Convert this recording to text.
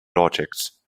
logics